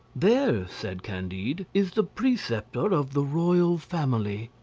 there, said candide, is the preceptor of the royal family.